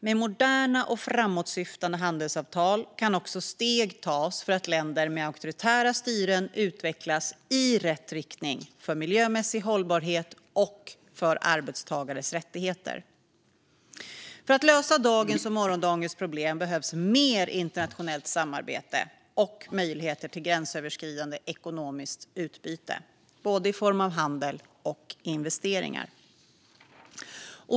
Med moderna och framåtsyftande handelsavtal kan också steg tas för att länder med auktoritära styren utvecklas i rätt riktning för miljömässig hållbarhet och för arbetstagares rättigheter. För att lösa dagens och morgondagens problem behövs mer internationellt samarbete och möjligheter till gränsöverskridande ekonomiskt utbyte i form av både handel och av investeringar.